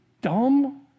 dumb